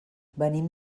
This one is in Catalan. venim